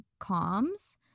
comms